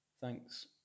Thanks